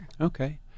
Okay